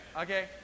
okay